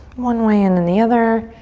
one way and then the other.